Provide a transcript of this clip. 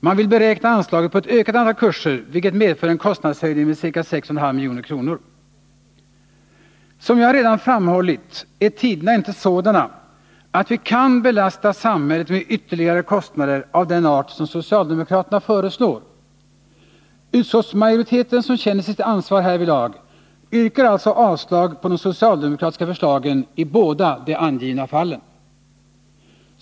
Man vill beräkna anslaget på ett ökat antal kurser, vilket medför en kostnadshöjning med ca 6 1/2 milj.kr. Som jag redan framhållit är tiderna inte sådana att vi kan belasta samhället med ytterligare kostnader av den art som socialdemokraterna föreslår. Utskottsmajoriteten, som känner sitt ansvar härvidlag, yrkar alltså avslag på de socialdemokratiska förslagen i båda de angivna fallen.